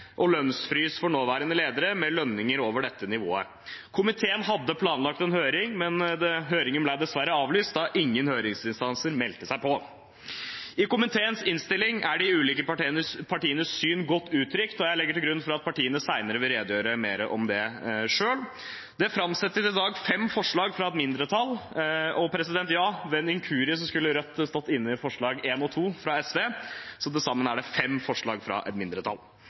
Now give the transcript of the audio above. og lønnsfrys for nåværende ledere med lønninger over dette nivået. Komiteen hadde planlagt en høring, men høringen ble dessverre avlyst, da ingen høringsinstanser meldte seg på. I komiteens innstilling er de ulike partienes syn godt uttrykt, og jeg legger til grunn at partiene senere vil redegjøre mer om det selv. Det framsettes i dag fem forslag fra et mindretall. Det har skjedd en inkurie, Rødt skulle stått inne i forslagene nr. 1 og 2 fra SV, så til sammen er det fem forslag fra et mindretall.